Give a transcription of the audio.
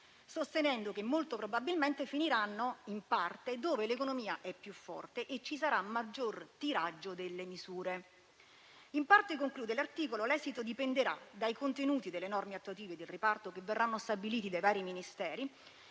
sostenendo che molto probabilmente finiranno in parte dove l'economia è più forte e ci sarà maggior "tiraggio" delle misure. In parte, conclude l'articolo, l'esito dipenderà dai contenuti delle norme attuative di riparto che verranno stabilite dai vari Ministeri